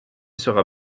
sera